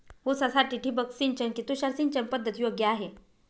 ऊसासाठी ठिबक सिंचन कि तुषार सिंचन पद्धत योग्य आहे?